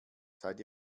seid